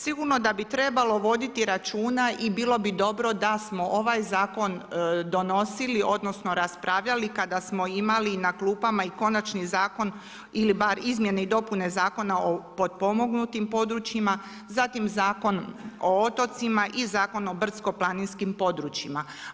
Sigurno da bi trebalo voditi računa i bilo bi dobro da smo ovaj zakon donosili odnosno, raspravljali kada smo imali i na klupama i konačni zakon, ili bar izmjene i dopune Zakona o potpomognutim područjima, zatim Zakon o otocima i Zakon o brdsko planinskim područjima.